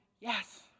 yes